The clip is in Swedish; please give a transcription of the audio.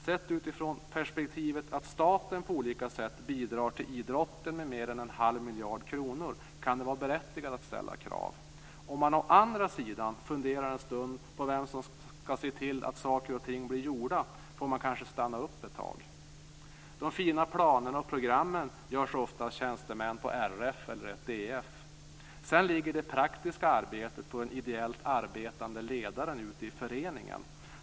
Sett utifrån perspektivet att staten på olika sätt bidrar till idrotten med mer än en halv miljard kronor kan det vara berättigat att ställa krav. Om man å andra sidan funderar en stund på vem som skall se till att saker och ting blir gjorda får man kanske stanna upp ett tag. De fina planerna och programmen görs ofta av tjänstemän på RF eller ett DF. Sedan ligger det praktiska arbetet på den ideellt arbetande ledaren i föreningen.